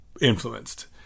influenced